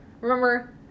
Remember